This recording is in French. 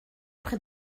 près